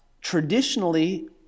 traditionally